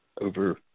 over